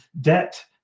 debt